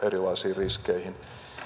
erilaisiin riskeihin